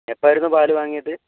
എപ്പോളായിരുന്നു പാൽ വാങ്ങിയത്